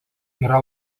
yra